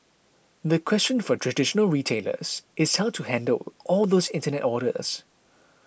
the question for traditional retailers is how to handle all those internet orders